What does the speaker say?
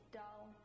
dull